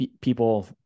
people